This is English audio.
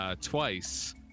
Twice